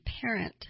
parent